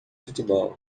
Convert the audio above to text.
futebol